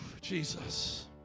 Jesus